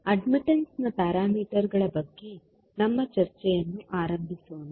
ಅಡ್ಮಿಟ್ಟನ್ಸ್ನ ಪ್ಯಾರಾಮೀಟರ್ಗಳ ಬಗ್ಗೆ ನಮ್ಮ ಚರ್ಚೆಯನ್ನು ಆರಂಭಿಸೋಣ